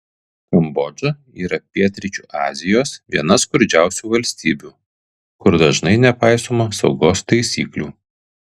kambodža yra pietryčių azijos viena skurdžiausių valstybių kur dažnai nepaisoma saugos taisyklių